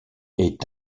est